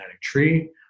tree